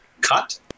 cut